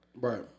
Right